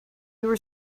were